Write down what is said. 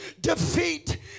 defeat